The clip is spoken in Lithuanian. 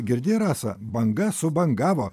girdi rasa banga subangavo